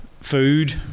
food